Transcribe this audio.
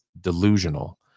delusional